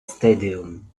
stadium